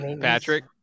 Patrick